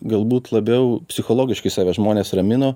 galbūt labiau psichologiškai save žmonės ramino